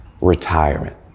retirement